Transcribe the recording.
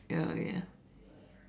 ya ya